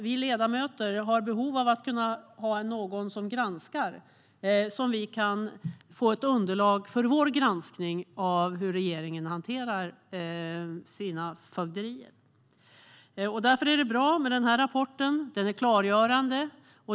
Vi ledamöter har behov av att kunna ha någon som granskar så att vi kan få ett underlag för vår granskning av hur regeringen hanterar sina fögderier. Därför är det bra med den här rapporten. Den är klargörande. Herr talman!